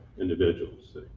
individuals